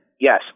Yes